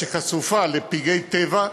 שחשופה לפגעי טבע,